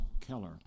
Keller